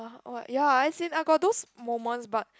oh ya I seen I got those moments but